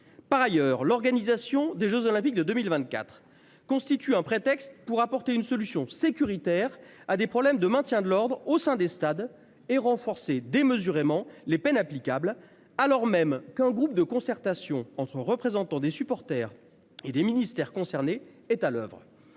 Par ailleurs, l'organisation des Jeux olympiques de 2024 constitue un prétexte pour apporter une solution sécuritaire à des problèmes de maintien de l'ordre au sein des stades et renforcer démesurément les peines applicables. Alors même qu'un groupe de concertation entre représentants des supporters et des ministères concernés est à l'oeuvre